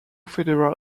federal